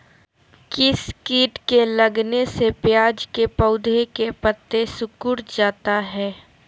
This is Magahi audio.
किस किट के लगने से प्याज के पौधे के पत्ते सिकुड़ जाता है?